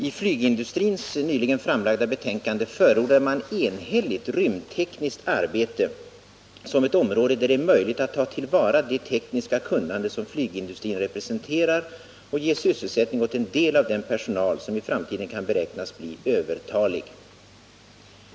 I flygindustrikommitténs nyligen framlagda betänkande förordar man enhälligt rymdtekniskt arbete som ett område där det är möjligt att ta till vara det tekniska kunnande som flygindustrin representerar och ge sysselsättning åt en del av den personal som i framtiden kan beräknas bli övertalig.